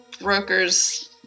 brokers